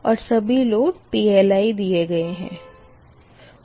और सभी load PLi दिए गए है